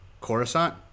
Coruscant